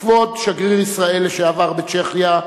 כבוד שגריר ישראל לשעבר בצ'כיה,